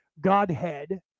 Godhead